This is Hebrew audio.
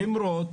למרות